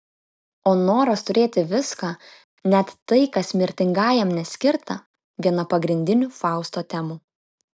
o noras turėti viską net tai kas mirtingajam neskirta viena pagrindinių fausto temų